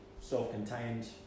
self-contained